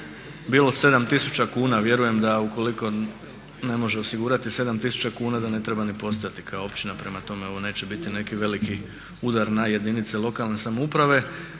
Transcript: bilo 7000 kuna. Vjerujem da ukoliko ne može osigurati 7000 kuna da ne treba ni postojati kao općina. Prema tome, ovo neće biti neki veliki udar na jedinice lokalne samouprave,